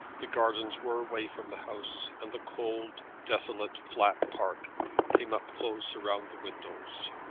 the gardens were away from the house, and the cold desolate flat park came up close around the windows.